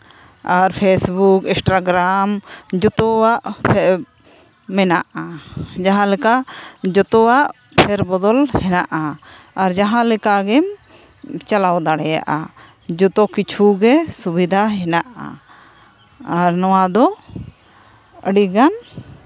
ᱟᱨ Facebook Instagram ᱡᱚᱛᱚᱣᱟᱜ app ᱢᱮᱱᱟᱜᱼᱟ ᱡᱟᱦᱟᱸᱞᱮᱠᱟ ᱡᱚᱛᱚᱣᱟᱜ ᱯᱷᱮᱨ ᱵᱚᱫᱚᱞ ᱦᱮᱱᱟᱜᱼᱟ ᱟᱨ ᱡᱟᱦᱟᱸᱞᱮᱠᱟ ᱜᱮᱢ ᱪᱟᱞᱟᱣ ᱫᱟᱲᱮᱭᱟᱜᱼᱟ ᱡᱚᱛᱚ ᱠᱤᱪᱷᱩ ᱜᱮ ᱥᱩᱵᱤᱫᱷᱟ ᱦᱮᱱᱟᱜᱼᱟ ᱟᱨ ᱱᱚᱣᱟ ᱫᱚ ᱟᱹᱰᱤᱜᱟᱱ